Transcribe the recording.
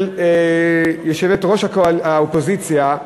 של יושבת-ראש האופוזיציה,